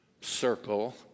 circle